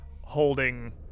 holding